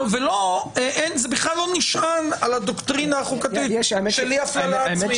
זה בכלל לא נשען על הדוקטרינה החוקתית של אי הפללה עצמית.